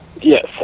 yes